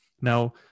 Now